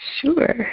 Sure